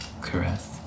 Caress